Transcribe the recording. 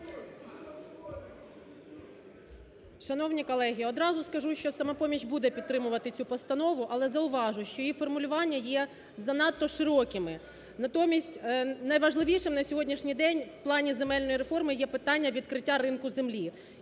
Шановні колеги, одразу скажу, що "Самопоміч" буде підтримувати цю постанову, але зауважу, що її формулювання є занадто широкими. Натомість найважливішим на сьогоднішній день в плані земельної реформи є питання відкриття ринку землі.